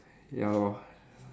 ya lor